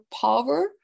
power